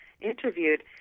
interviewed